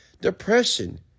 depression